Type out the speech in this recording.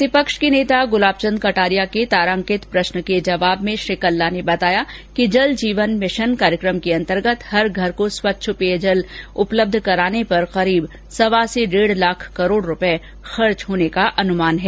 प्रतिपक्ष के नेता गूलाब चन्द कटारिया के तारांकित प्रश्न के जवाब में श्री कल्ला ने बताया कि जल जीवन भिशन कार्यक्रम के अन्तर्गत हर घर को स्वच्छ पेयजल उपलब्ध कराने पर लगभग सवा से डेढ लाख करोड़ खर्च होने का अनुमान है